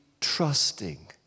trusting